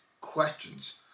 questions